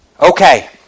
Okay